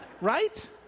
Right